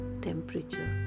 Temperature